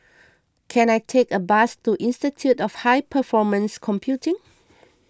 can I take a bus to Institute of High Performance Computing